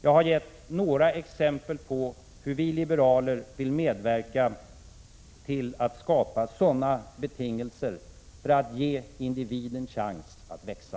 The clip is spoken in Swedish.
Jag har givit några exempel på hur vi liberaler vill medverka till att skapa sådana betingelser för att ge individen en chans att växa.